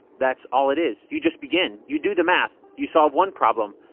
that's all it is. you just begin. you do the math. you solve one problem.